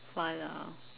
fun lah